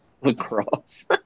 lacrosse